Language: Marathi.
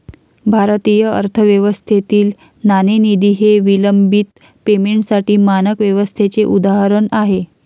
भारतीय अर्थव्यवस्थेतील नाणेनिधी हे विलंबित पेमेंटसाठी मानक व्यवस्थेचे उदाहरण आहे